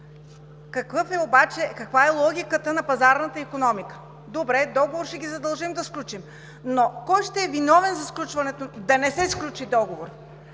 Каква е логиката на пазарната икономика? Добре, договор ще ги задължим да сключат, но кой ще е виновен да не се сключи договор?